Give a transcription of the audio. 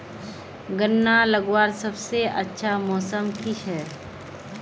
गन्ना लगवार सबसे अच्छा मौसम की छे?